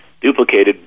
duplicated